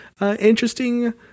interesting